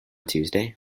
tuesday